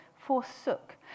Forsook